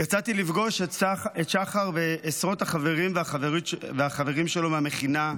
יצאתי לפגוש את שחר ועשרות החברים שלו מהמכינה,